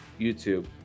YouTube